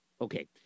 Okay